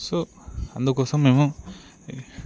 so అందుకోసం మేము